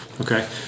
Okay